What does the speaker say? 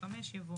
266ג5 יבוא: